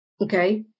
Okay